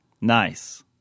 Nice